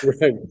Right